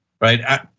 right